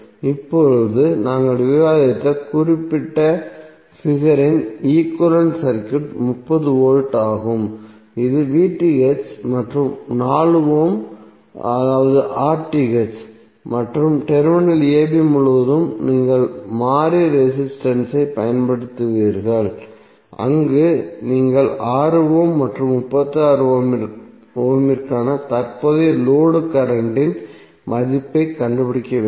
இப்போது நாங்கள் விவாதித்த குறிப்பிட்ட பிகர் இன் ஈக்விவலெண்ட் சர்க்யூட் 30V ஆகும் இது மற்றும் 4 ஓம் அதாவது மற்றும் டெர்மினல் a b முழுவதும் நீங்கள் மாறி ரெசிஸ்டன்ஸ் ஐப் பயன்படுத்துவீர்கள் அங்கு நீங்கள் 6 ஓம் மற்றும் 36 ஓமிற்கான தற்போதைய லோடு கரண்ட்டின் மதிப்பைக் கண்டுபிடிக்க வேண்டும்